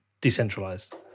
decentralized